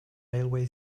railway